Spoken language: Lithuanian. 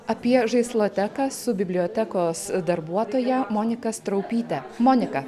apie žaisloteką su bibliotekos darbuotoja monika straupyte monika